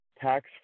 tax